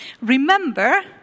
Remember